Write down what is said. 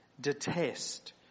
detest